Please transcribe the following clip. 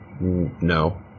no